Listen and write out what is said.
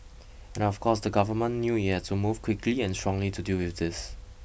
and of course the government knew it had to move quickly and strongly to deal with this